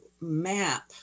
map